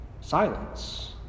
silence